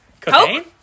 Cocaine